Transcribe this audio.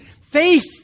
face